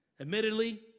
Admittedly